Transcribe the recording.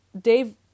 Dave